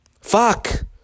Fuck